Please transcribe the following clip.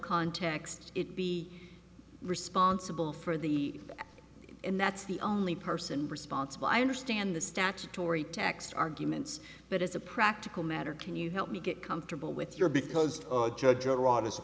context it be responsible for the and that's the only person responsible i understand the statutory text arguments but as a practical matter can you help me get comfortable with your because judge rod is a